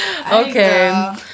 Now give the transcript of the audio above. Okay